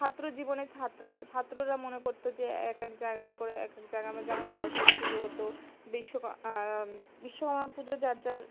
ছাত্র জীবনের ছাত্রা ছাত্ররা মনে করতো যে এক এক জায়গায় করে এক জায়গা যেমন সরস্বতী পুজো হতো বিশ্বকা বিশ্বকর্মা পুজো যার যার